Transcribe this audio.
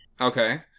okay